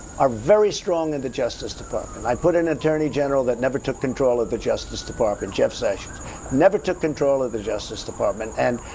are very strong in the justice department. i put an attorney general that never took control of the justice department jeff sessions. he never took control of the justice department and,